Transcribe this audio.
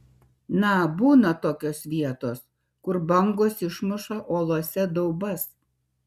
na būna tokios vietos kur bangos išmuša uolose daubas